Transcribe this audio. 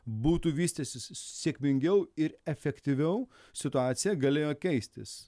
būtų vystęsis sėkmingiau ir efektyviau situacija galėjo keistis